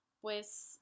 pues